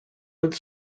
would